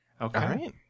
Okay